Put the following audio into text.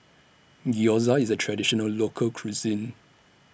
Gyoza IS A Traditional Local Cuisine